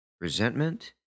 resentment